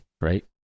right